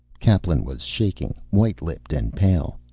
kaplan was shaking, white-lipped and pale.